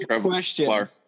question